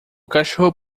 cachorro